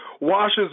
washes